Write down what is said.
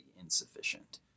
insufficient